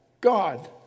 God